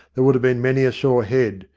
there would have been many a sore head,